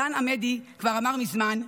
עידן עמדי כבר אמר מזמן,